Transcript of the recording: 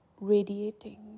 radiating